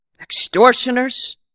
Extortioners